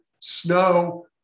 snow